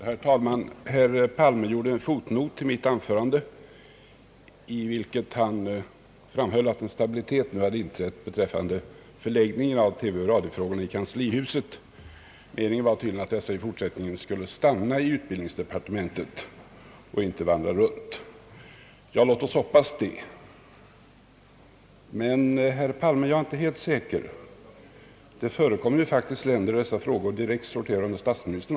Herr talman! Herr Palme gjorde en fotnot till mitt anförande, i vilken han framhöll att en stabilitet nu hade inträtt beträffande förläggningen av TV och radiofrågorna i kanslihuset. Meningen var tydligen att dessa i fortsättningen skulle stanna i utbildningsdepartementet och inte vandra runt. Ja, låt oss hoppas det! Men, herr Palme, jag är inte helt säker. Det förekommer faktiskt också länder där dessa frågor sorterar direkt under statsministern.